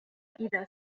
إذا